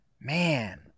Man